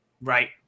Right